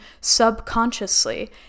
subconsciously